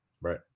Right